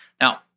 Now